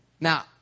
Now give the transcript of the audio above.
Now